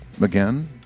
again